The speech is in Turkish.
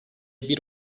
bir